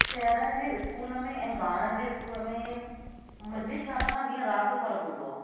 शहरनि जे स्कूल में ऐं गांवनि जे स्कूल में मुंहिंजे ख़याल खां ॾीहं राति जो फ़रकु हूंदो आहे